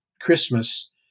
Christmas